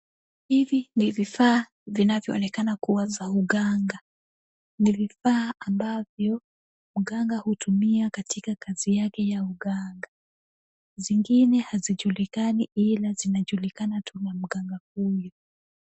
Hivi ni vifaa vinavyoonekana kuwa za uganga. Ni vifaa ambavyo mganga hutumia katika kazi yake ya uganga. Zingine hazijulikani ila zinajulikana tu na mganga huyu.